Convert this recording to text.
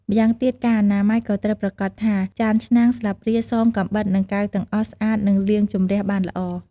ម្យ៉ាងទៀតការអនាម័យ ក៏ត្រូវប្រាកដថា ចានឆ្នាំង ស្លាបព្រា សម កាំបិត និងកែវទាំងអស់ស្អាត និងលាងជម្រះបានល្អ។